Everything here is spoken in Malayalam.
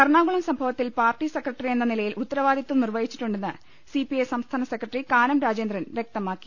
എറണാകുളം സംഭവത്തിൽ പാർട്ടി സെക്രട്ടറിയെന്ന നിലയിൽ ഉത്തരവാദിത്വം നിർവഹിച്ചിട്ടുണ്ടെന്ന് സി പി ഐ സംസ്ഥാന സെക്രട്ടറി കാനം രാജേന്ദ്രൻ വ്യക്തമാക്കി